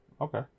Okay